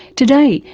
today,